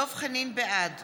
בעד